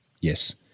yes